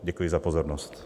Děkuji za pozornost.